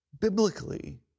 Biblically